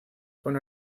con